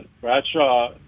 Bradshaw